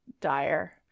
dire